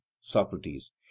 Socrates